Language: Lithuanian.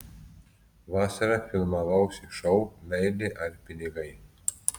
vasarą filmavausi šou meilė ar pinigai